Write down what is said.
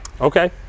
Okay